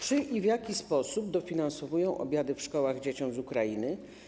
Czy i w jaki sposób dofinansowują obiady w szkołach dla dzieci z Ukrainy?